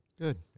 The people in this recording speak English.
Good